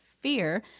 fear